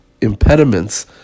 impediments